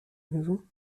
maison